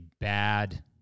bad